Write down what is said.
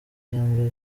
cyangwa